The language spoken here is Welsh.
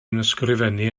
ysgrifennu